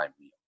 meal